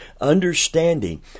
understanding